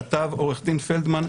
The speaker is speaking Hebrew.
כתב עו"ד פלדמן,